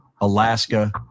Alaska